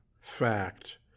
Fact